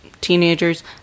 teenagers